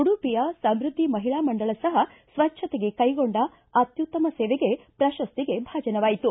ಉಡುಪಿಯ ಸಮೃದ್ಧಿ ಮಹಿಳಾ ಮಂಡಳ ಸಪ ಸ್ವಚ್ಟತೆಗೆ ಕೈಗೊಂಡ ಅತ್ಯುತ್ತಮ ಸೇವೆಗೆ ಪ್ರಶಸ್ತಿಗೆ ಭಾಜನವಾಯಿತು